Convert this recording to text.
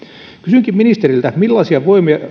kysynkin ministeriltä millaisia